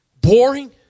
boring